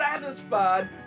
satisfied